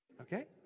Okay